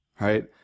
right